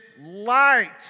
light